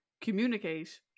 communicate